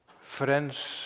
Friends